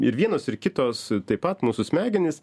ir vienos ir kitos taip pat mūsų smegenys